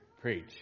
preach